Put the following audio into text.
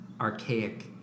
archaic